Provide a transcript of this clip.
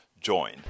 join